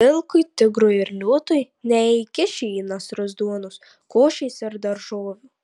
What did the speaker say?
vilkui tigrui ir liūtui neįkiši į nasrus duonos košės ir daržovių